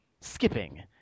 skipping